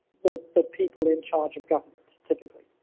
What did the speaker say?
the the people in charge of government typically.